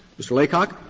mr. laycock.